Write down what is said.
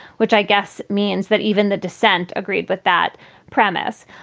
which i guess means that even the dissent agreed with that premise.